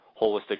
holistic